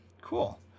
cool